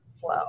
flow